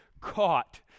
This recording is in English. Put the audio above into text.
caught